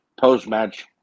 Post-match